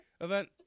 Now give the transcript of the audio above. event